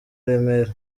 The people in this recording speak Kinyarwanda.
remera